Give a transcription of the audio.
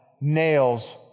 nails